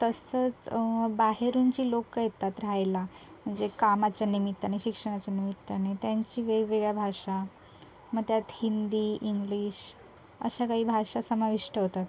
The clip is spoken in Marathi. तसंच बाहेरून जी लोक येतात रहायला म्हणजे कामाच्या निमित्ताने शिक्षणाच्या निमित्ताने त्यांची वेगवेगळ्या भाषा मग त्यात हिंदी इंग्लिश अशा काही भाषा समाविष्ट होतात